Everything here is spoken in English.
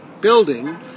building